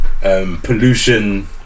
pollution